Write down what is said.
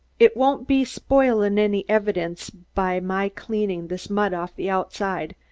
it won't be spoilin' any evidence by my cleanin' this mud off the outside,